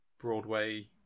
Broadway